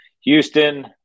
Houston